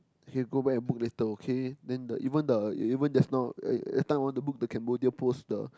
hey go back and book later okay then the even the even just now eh every time I want to book the Cambodia post the